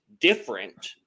different